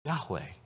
Yahweh